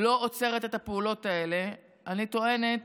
לא עוצרת את הפעולות האלה, אני טוענת